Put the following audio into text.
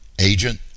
agent